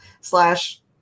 slash